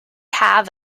have